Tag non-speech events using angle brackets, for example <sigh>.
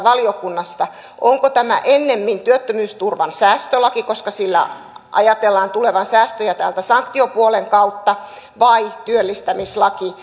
<unintelligible> valiokunnassa onko tämä ennemmin työttömyysturvan säästölaki koska sillä ajatellaan tulevan säästöjä sanktiopuolen kautta vai työllistämislaki <unintelligible>